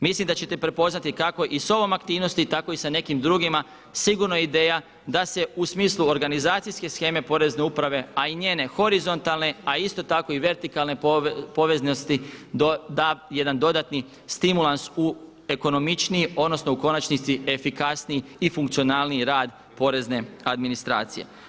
Mislim da ćete prepoznati kako i s ovom aktivnosti, tako i sa nekim drugima sigurno ideja da se u smislu organizacijske sheme Porezne uprave, a i njene horizontalne, a isto tako i vertikalne povezanosti da jedan dodatni stimulans u ekonomičniji odnosno u konačnici efikasniji i funkcionalniji rad porezne administracije.